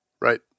Right